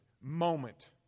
moment